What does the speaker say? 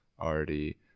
already